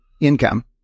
income